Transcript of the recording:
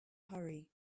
hurry